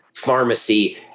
pharmacy